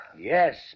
Yes